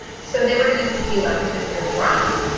so they were going to be left to sort of rot.